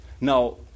Now